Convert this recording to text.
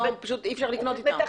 אי אפשר לקנות איתם.